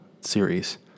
series